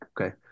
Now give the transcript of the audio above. okay